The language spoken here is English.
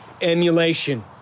emulation